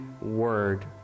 word